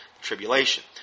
tribulation